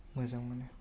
मोजां मोनो